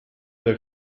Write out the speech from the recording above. der